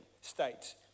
states